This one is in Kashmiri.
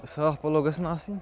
صاف پَلو گژھٮ۪ن آسٕنۍ